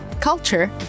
culture